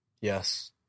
Yes